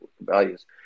values